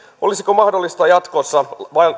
olisiko mahdollista jatkossa